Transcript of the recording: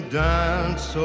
dance